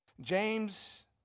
James